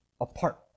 apart